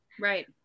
Right